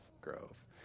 Grove